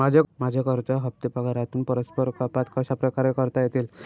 माझे कर्ज हफ्ते पगारातून परस्पर कपात कशाप्रकारे करता येतील?